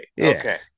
Okay